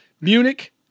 Munich